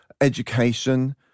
Education